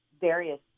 various